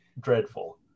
dreadful